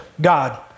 God